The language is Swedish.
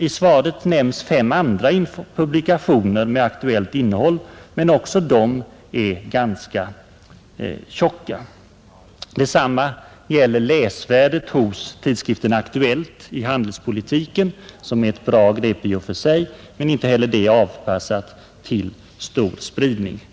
I svaret nämns fem andra publikationer med aktuellt innehåll men också de är ganska tjocka. Detsamma gäller om läsvärdet hos tidskriften ”Aktuellt i handelspolitiken”, som är ett bra grepp i och för sig, men inte heller denna skrift är avpassad för stor spridning.